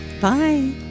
Bye